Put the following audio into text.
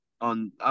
on